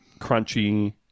Crunchy